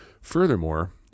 Furthermore